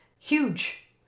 Huge